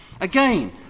again